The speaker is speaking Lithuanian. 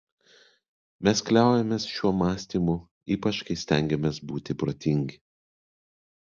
mes kliaujamės šiuo mąstymu ypač kai stengiamės būti protingi